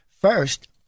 First